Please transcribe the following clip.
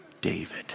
David